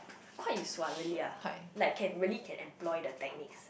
quite useful ah really ah like can really can employ the techniques